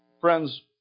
friends